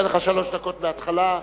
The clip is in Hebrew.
אני נותן לך שלוש דקות מההתחלה.